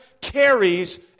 carries